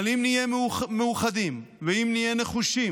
אבל אם נהיה מאוחדים, ואם נהיה נחושים,